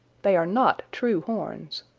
they are not true horns.